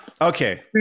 Okay